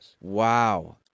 Wow